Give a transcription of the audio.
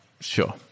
Sure